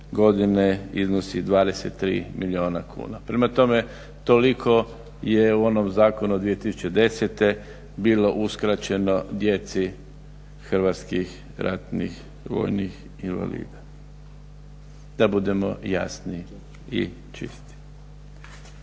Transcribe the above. godine iznosi 23 milijuna kuna. Prema tome toliko je u onom Zakonu od 2010. bilo uskraćeno djeci hrvatskih ratnih vojnih invalida. Da budemo jasni i čisti.